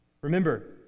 Remember